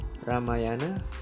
Ramayana